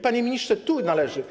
Panie ministrze, tu należy.